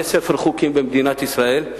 יש ספר חוקים במדינת ישראל,